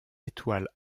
étoile